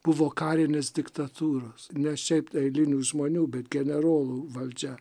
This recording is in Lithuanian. buvo karinės diktatūros ne šiaip eilinių žmonių bet generolų valdžia